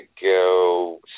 go